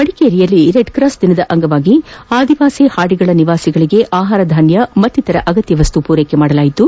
ಮಡಿಕೇರಿಯಲ್ಲಿ ರೆಡ್ಕ್ರಾಸ್ ದಿನದ ಅಂಗವಾಗಿ ಆದಿವಾಸಿ ಹಾಡಿಗಳ ನಿವಾಸಿಗಳಿಗೆ ಆಹಾರ ಧಾನ್ಯ ಮತ್ತಿತರ ಅಗತ್ಯ ವಸ್ತುಗಳನ್ನು ಪೂರೈಸಲಾಯಿತು